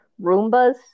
Roombas